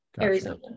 Arizona